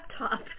laptop